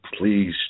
Please